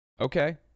Okay